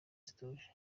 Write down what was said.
zituje